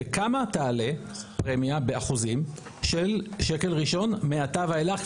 בכמה תעלה פרמיה באחוזים של שקל ראשון מעתה ואליך,